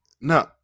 No